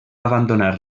abandonar